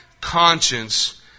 conscience